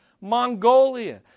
Mongolia